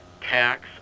tax